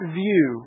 view